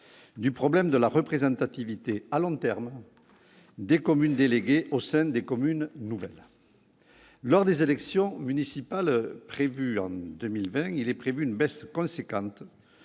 du problème de la représentativité à long terme des communes déléguées au sein des communes nouvelles. Pour les élections municipales prévues en 2020, il est prévu une baisse importante